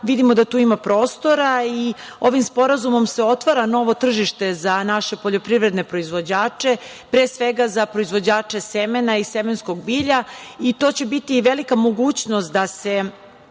da tu ima prostora i ovim sporazumom se otvara novo tržište za naše poljoprivredne proizvođače, pre svega za proizvođače semena i semenskog bilja i to će biti velika mogućnost da se